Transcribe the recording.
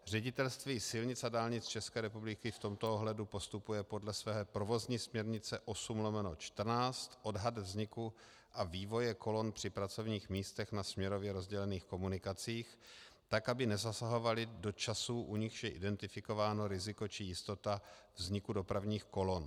Ředitelství silnic a dálnic České republiky v tomto ohledu postupuje podle své provozní směrnice 8/14, odhad vzniku a vývoje kolon při pracovních místech na směrově rozdělených komunikacích, tak aby nezasahovaly do časů, u nichž je identifikováno riziko či jistota dopravních kolon.